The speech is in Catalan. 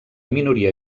minoria